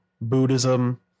Buddhism